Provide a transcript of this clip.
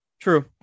True